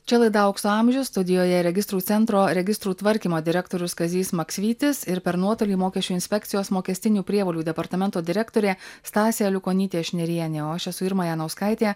čia laida aukso amžius studijoje registrų centro registrų tvarkymo direktorius kazys maksvytis ir per nuotolį mokesčių inspekcijos mokestinių prievolių departamento direktorė stasė aliukonytė šnirienė o aš esu irma janauskaitė